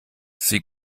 sie